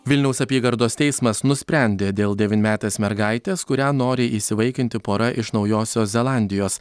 vilniaus apygardos teismas nusprendė dėl devynmetės mergaitės kurią nori įsivaikinti pora iš naujosios zelandijos